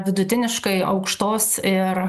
vidutiniškai aukštos ir